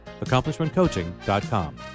AccomplishmentCoaching.com